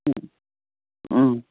ꯎꯝ ꯎꯝ